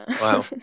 Wow